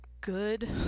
good